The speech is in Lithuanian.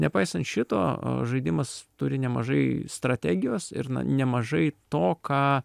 nepaisant šito a žaidimas turi nemažai strategijos ir na nemažai to ką